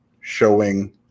showing